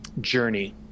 journey